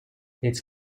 its